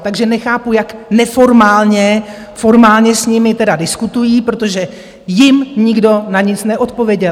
Takže nechápu, jak neformálně formálně s nimi tedy diskutují, protože jim nikdo na nic neodpověděl.